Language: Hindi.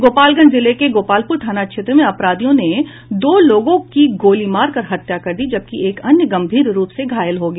गोपालगंज जिले के गोपालपूर थाना क्षेत्र में अपराधियों ने दो लोगों की गोली मारकर हत्या कर दी जबकि एक अन्य गंभीर रूप से घायल हो गया